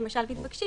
למשל,